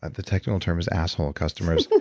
and the technical term is asshole customers.